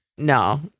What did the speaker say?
No